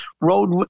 road